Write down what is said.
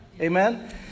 Amen